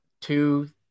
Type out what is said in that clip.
two